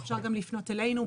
אפשר גם לפנות אלינו,